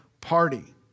party